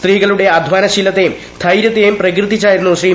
സ്ത്രീകളുടെ അധാനശീലത്തെയും ധൈരൃത്തെയും പ്രകീർത്തി ച്ചായിരുന്നു ശ്രീ